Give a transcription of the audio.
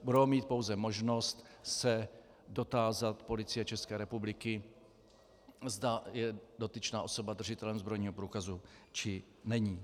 Budou mít pouze možnost se dotázat Policie České republiky, zda je dotyčná osoba držitelem zbrojního průkazu, či není.